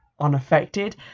unaffected